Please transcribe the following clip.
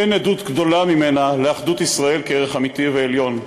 אין עדות גדולה ממנה לאחדות ישראל כערך אמיתי ועליון,